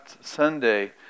Sunday